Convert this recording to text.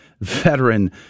veteran